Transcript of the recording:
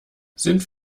sind